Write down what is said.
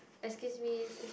excuse me exuse me